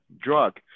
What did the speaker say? drug